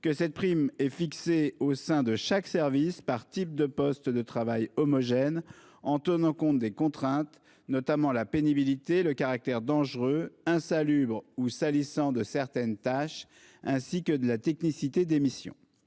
que cette gratification « est fixée au sein de chaque service par type de postes de travail homogène en tenant compte des contraintes [...], notamment la pénibilité, le caractère dangereux, insalubre ou salissant de certaines tâches, ainsi que de la technicité des missions